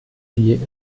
die